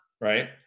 Right